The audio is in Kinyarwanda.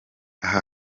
aha